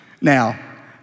Now